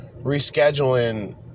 rescheduling